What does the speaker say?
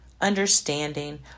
understanding